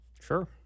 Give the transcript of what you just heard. Sure